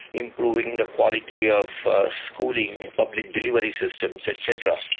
improving the quality of schooling, public delivery systems, et cetera.